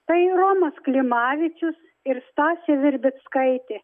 tai romas klimavičius ir stasė virbickaitė